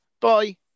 bye